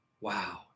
Wow